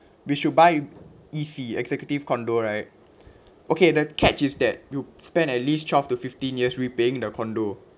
we should buy E_C executive condo right okay the catch is that you spend at least twelve to fifteen years repaying the condo